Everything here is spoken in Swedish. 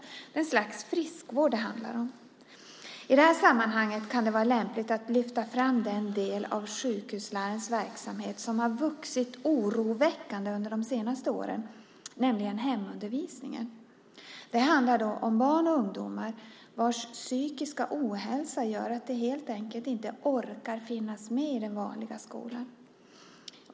Det är ett slags friskvård det handlar om. I det här sammanhanget kan det vara lämpligt att lyfta fram den del av sjukhuslärarnas verksamhet som har vuxit oroväckande under de senaste åren, nämligen hemundervisningen. Det handlar om barn och ungdomar vars psykiska ohälsa gör att de helt enkelt inte orkar finnas med i den vanliga skolan.